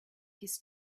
his